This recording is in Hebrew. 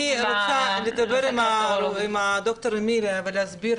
אני רוצה לדבר עם ד"ר אמיליה ולהסביר,